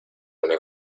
una